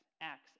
acts